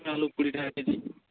আলু কুড়ি টাকা কেজি